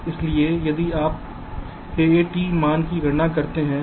इसलिए यदि आप AAT मान की गणना करते हैं